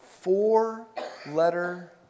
four-letter